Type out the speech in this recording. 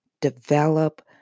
develop